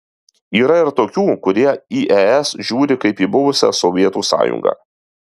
yra ir tokių kurie į es žiūri kaip į buvusią sovietų sąjungą